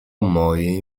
mojej